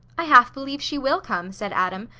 i half believe she will come, said adam.